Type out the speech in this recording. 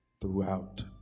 throughout